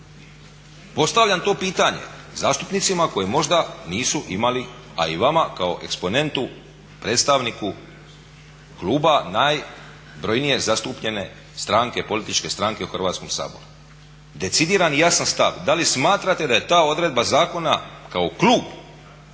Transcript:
postavljam to pitanje zastupnicima koji možda nisu imali a i vama kao eksponentu predstavniku kluba najbrojnije zastupljene stranke, političke stranke u Hrvatskom saboru? Decidiran, jasan stav da li smatrate da je ta odredba zakona kao klub